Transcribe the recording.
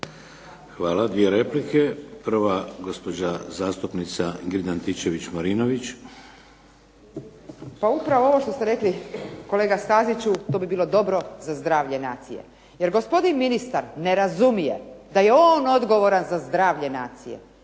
Hvala. Dvije replike. Prva gospođa zastupnica Ingrid Antičević Marinović. **Antičević Marinović, Ingrid (SDP)** Pa upravo ovo što ste rekli kolega Staziću to bi bilo dobro za zdravlje nacije, jer gospodin ministar ne razumije da je on odgovoran za zdravlje nacije.